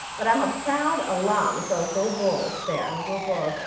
but i'm a proud alum so go bulls there. go bulls.